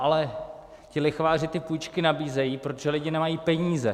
Ale ti lichváři ty půjčky nabízejí, protože lidi nemají peníze.